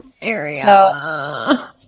area